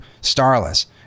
Starless